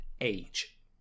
age